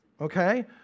Okay